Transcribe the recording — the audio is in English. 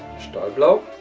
steel blue